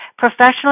Professionally